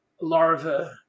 larva